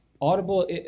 Audible